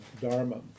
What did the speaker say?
Dharma